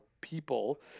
people